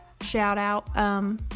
shout-out